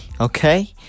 Okay